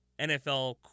NFL